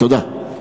תודה.